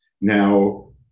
Now